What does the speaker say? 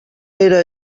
era